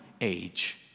age